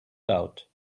doubt